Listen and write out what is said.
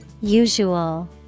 Usual